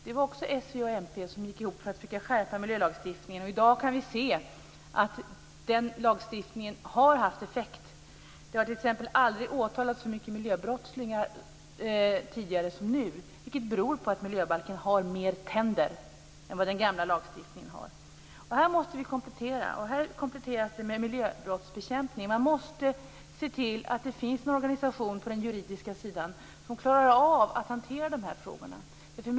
Det var också s, v och mp som gick ihop för att försöka skärpa miljölagstiftningen, och i dag kan vi se att denna lagstiftning har haft effekt. Det har t.ex. aldrig åtalats så mycket miljöbrottslingar tidigare som nu, och det beror på att miljöbalken har mer tänder än den gamla lagstiftningen hade. Här måste vi komplettera, och här kompletteras det med miljöbrottsbekämpning. Man måste se till att det finns en organisation på den juridiska sidan som klarar av att hantera de här frågorna.